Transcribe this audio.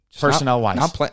personnel-wise